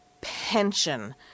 pension